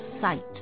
Sight